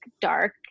dark